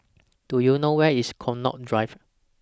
Do YOU know Where IS Connaught Drive